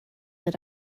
lit